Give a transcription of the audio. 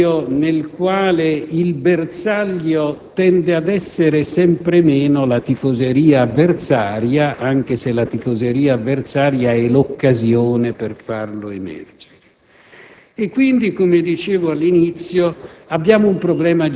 quale, come è stato notato, il bersaglio tende ad essere sempre meno la tifoseria avversaria, anche se la tifoseria avversaria è l'occasione per farlo emergere.